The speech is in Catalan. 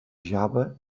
java